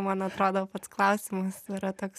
man atrodo pats klausimas yra toks